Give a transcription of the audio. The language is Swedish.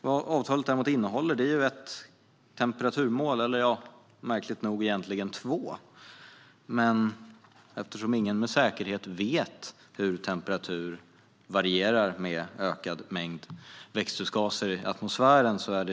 Vad avtalet däremot innehåller är ett - märkligt nog egentligen två - temperaturmål, men eftersom ingen med säkerhet vet hur temperaturen varierar med ökad mängd växthusgaser i atmosfären är ett sådant